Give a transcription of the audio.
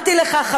אמרתי לך,